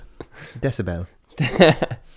Decibel